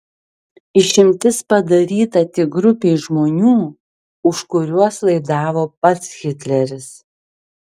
išimtis padaryta tik grupei žmonių už kuriuos laidavo pats hitleris